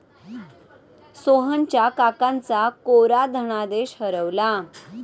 सोहनच्या काकांचा कोरा धनादेश हरवला